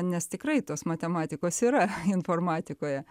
nes tikrai tos matematikos yra informatikoje